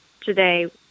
today